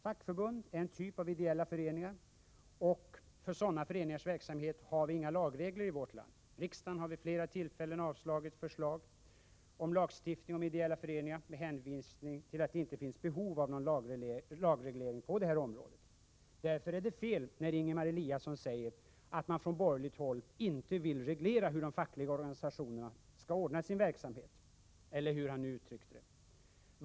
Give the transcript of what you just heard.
Fackförbund är en typ av ideella föreningar, och för sådana föreningars verksamhet har vi i vårt land inga lagregler. Riksdagen har vid flera tillfällen avslagit förslag om lagstiftning om ideella föreningar med hänvisning till att det inte finns behov av någon lagreglering på detta område. Därför är det fel när Ingemar Eliasson säger att man från borgerligt håll inte vill reglera hur de fackliga organisationerna skall ordna sin verksamhet — eller hur han nu uttryckte det.